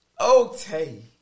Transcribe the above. Okay